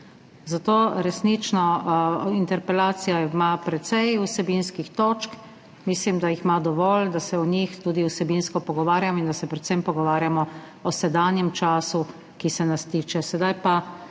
nikamor. Interpelacija ima precej vsebinskih točk, mislim, da jih ima dovolj, da se o njih tudi vsebinsko pogovarjamo in da se pogovarjamo predvsem o sedanjem času, ki se nas tiče. Sedaj pa